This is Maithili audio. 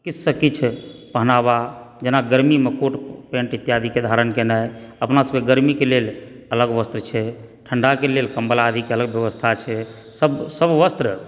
किछुसँ किछु पहनावा जेना गर्मीमे कोट पैन्ट इत्यादिके धारण केनाइ अपना सबके गर्मीके लेल अलग वस्त्र छै ठण्डा के लेल कम्बल आदिके अलग व्यवस्था छै सब वस्त्र